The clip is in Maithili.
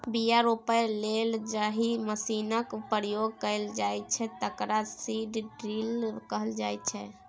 बीया रोपय लेल जाहि मशीनक प्रयोग कएल जाइ छै तकरा सीड ड्रील कहल जाइ छै